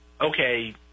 okay